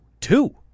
two